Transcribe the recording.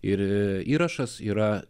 ir įrašas yra